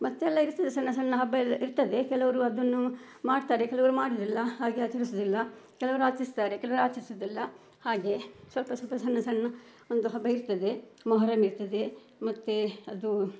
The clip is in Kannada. ಮತ್ತೆಲ್ಲ ಇರ್ತದೆ ಸಣ್ಣ ಸಣ್ಣ ಹಬ್ಬ ಎಲ್ಲ ಇರ್ತದೆ ಕೆಲವರು ಅದನ್ನು ಮಾಡ್ತಾರೆ ಕೆಲವರು ಮಾಡೋದಿಲ್ಲ ಹಾಗೆ ಆಚರ್ಸೋದಿಲ್ಲ ಕೆಲವ್ರು ಆಚರಿಸ್ತಾರೆ ಕೆಲವ್ರು ಆಚರ್ಸೋದಿಲ್ಲ ಹಾಗೆ ಸ್ವಲ್ಪ ಸ್ವಲ್ಪ ಸಣ್ಣ ಸಣ್ಣ ಒಂದು ಹಬ್ಬ ಇರ್ತದೆ ಮೊಹರಂ ಇರ್ತದೆ ಮತ್ತೆ ಅದು